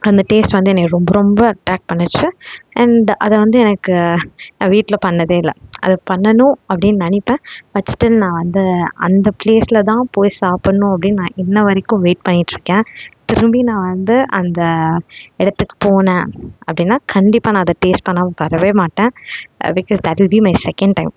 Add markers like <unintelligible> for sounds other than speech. அந்த டேஸ்ட் வந்து என்னைய ரொம்ப ரொம்ப அட்ராக் பண்ணுச்சு அண்ட் அதை வந்து எனக்கு நான் வீட்டில் பண்ணதே இல்லை அதை பண்ணனும் அப்படின்னு நினைப்பேன் பட் ஸ்டில் நான் வந்து அந்த பிளேஸில் தான் போய் சாப்பிட்ணும் அப்படின்னு நான் இன்றை வரைக்கும் வெயிட் பண்ணிட்டு இருக்கேன் திரும்பி நான் வந்து அந்த இடத்துக்கு போனேன் அப்படின்னா கண்டிப்பாக நான் அதை டேஸ்ட் பண்ணாம வரவே மாட்டேன் அதுக்கு <unintelligible> மை செகண்ட் டைம்